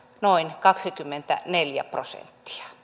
noin kaksikymmentäneljä prosenttia